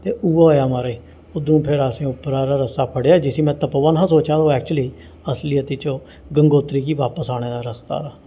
ते उ'ऐ होया म्हाराज उद्धरों फिर असें उप्पर आह्ला रस्ता फड़ेआ जिसी में तपोवन हा सोचा दा ओह् एक्चुअली असलियत च ओह् गंगोत्री गी बापस आने दा रस्ता हा